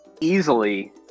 easily